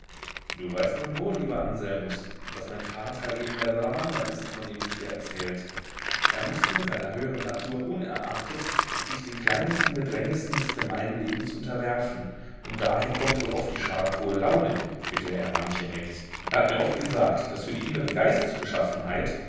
du weißt nun wohl lieber anselmus daß mein vater eben der salamander ist von dem ich dir erzählt er mußte seiner höheren natur unerachtet sich den kleinlichsten bedrängnissen des gemeinen lebens unterwerfen und daher kommt wohl oft die schadenfrohe laune mit der er manche neckt er hat mir oft gesagt daß für die innere